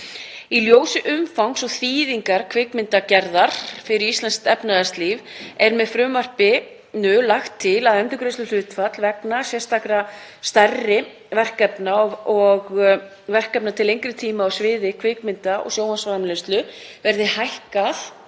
Í ljósi umfangs og þýðingar kvikmyndagerðar fyrir íslenskt efnahagslíf er með frumvarpinu lagt til að endurgreiðsluhlutfall vegna sérstakra stærri verkefna og verkefna til lengri tíma á sviði kvikmynda- og sjónvarpsframleiðslu verði hækkað